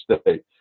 State